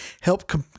help